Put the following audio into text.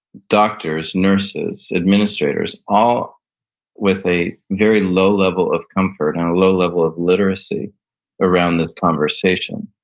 doctors, nurses, administrators all with a very low level of comfort and a low level of literacy around this conversation.